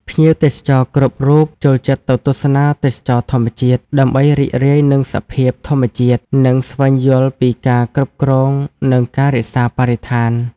ភ្ញៀវទេសចរគ្រប់រូបចូលចិត្តទៅទស្សនាទេសចរណ៍ធម្មជាតិ ដើម្បីរីករាយនឹងសភាពធម្មជាតិ និងស្វែងយល់ពីការគ្រប់គ្រង និងការរក្សាបរិស្ថាន។